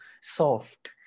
soft